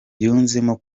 yunzemo